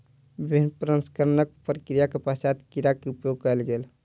विभिन्न प्रसंस्करणक प्रक्रिया के पश्चात कीड़ा के उपयोग कयल गेल